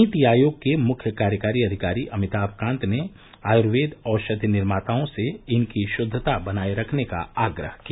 नीति आयोग के मुख्य कार्यकारी अधिकारी अमिताभ कांत ने आयूर्वेद औषधि निर्माताओं से इनकी शुद्वता बनाये रखने का आग्रह किया